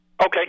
Okay